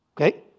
Okay